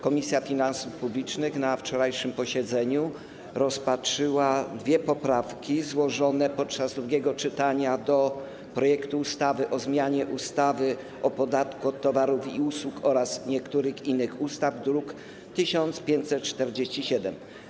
Komisja Finansów Publicznych na wczorajszym posiedzeniu rozpatrzyła dwie poprawki złożone podczas drugiego czytania do projektu ustawy o zmianie ustawy o podatku od towarów i usług oraz niektórych innych ustaw, druk nr 1547.